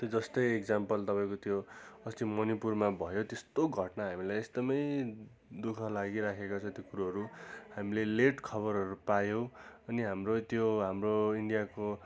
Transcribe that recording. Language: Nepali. त्यो जस्तै एक्जाम्पल तपाईँको त्यो अस्ति मणिपुरमा भयो त्यस्तो घटना हामीलाई एकदमै दु ख लागिराखेको छ त्यो कुरोहरू हामीले लेट खबरहरू पायौँ अनि हाम्रो त्यो हाम्रो इन्डियाको